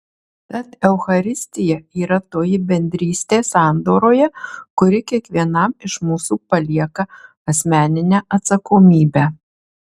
tad eucharistija yra toji bendrystė sandoroje kuri kiekvienam iš mūsų palieka asmeninę atsakomybę